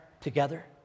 together